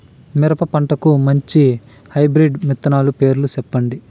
మిరప పంటకు మంచి హైబ్రిడ్ విత్తనాలు పేర్లు సెప్పండి?